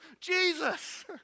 Jesus